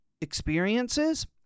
experiences